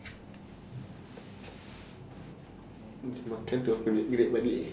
makan terus aku naik balik